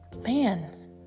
man